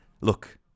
Look